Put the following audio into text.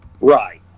Right